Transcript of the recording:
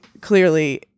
clearly